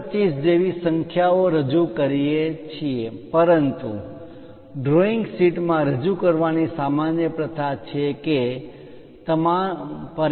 25 જેવી સંખ્યાઓ રજૂ કરીએ છીએ પરંતુ ડ્રોઇંગ શીટમાં રજૂ કરવાની સામાન્ય પ્રથા છે કે તમામ પરિમાણો મી